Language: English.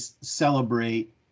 celebrate